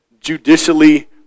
judicially